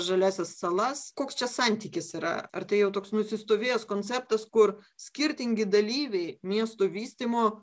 žaliąsias salas koks čia santykis yra ar tai jau toks nusistovėjęs konceptas kur skirtingi dalyviai miestų vystymo